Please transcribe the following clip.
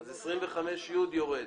סעיף 25י יורד.